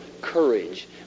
courage